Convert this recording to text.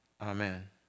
Amen